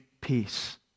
peace